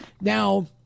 now